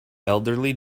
elderly